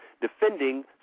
defending